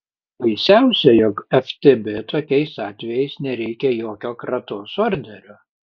baisiausia jog ftb tokiais atvejais nereikia jokio kratos orderio